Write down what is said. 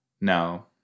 No